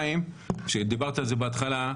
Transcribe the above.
ושתיים, דיברת על זה בהתחלה,